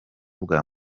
bwa